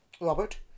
Robert